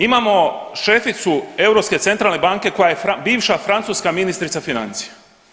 Imamo šeficu Europske centralne banke koja je bivša francuska ministrica financija.